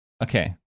Okay